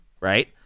right